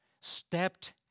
stepped